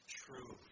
true